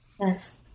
Yes